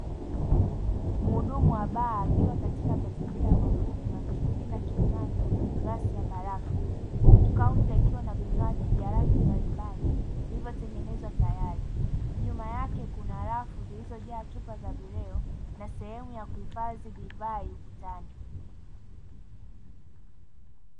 Mhudumu wa baa akiwa katika mazingira ya mafunzo akimimina kinywaji kwenye glasi ya barafu. huku kaunta akiwa na vinywaji vya rangi mbalimbali vilivyotengenezwa tayari nyuma yake kuna rafu zilizojaa chupa za vileo na sehemu ya kuhifadhi divai ukutani.